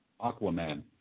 Aquaman